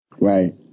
Right